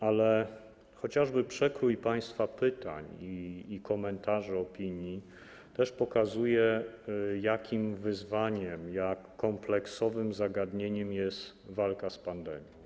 Ale chociażby przekrój państwa pytań i komentarzy, opinii pokazuje, jakim wyzwaniem, jak kompleksowym zagadnieniem jest walka z pandemią.